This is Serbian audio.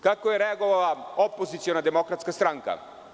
Kako je reagovala opoziciona demokratska stranka?